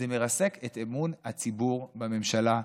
זה מרסק את אמון הציבור בממשלה,